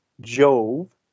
Jove